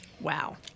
Wow